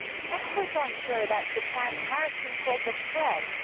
experts aren't sure that japan has controlled the spread,